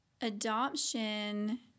adoption